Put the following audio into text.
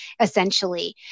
essentially